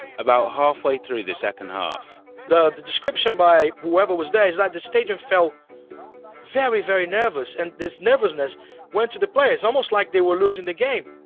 about halfway through the second half the the description by whoever was there is like the stadium fell very, very nervous nervous and this nervousness went to the players, almost like they were losing the game.